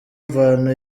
mvano